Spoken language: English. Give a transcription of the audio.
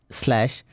slash